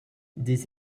des